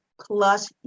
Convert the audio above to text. plus